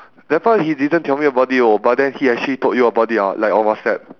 that part he didn't tell me about it oh but then he actually told you about it ah like on whatsapp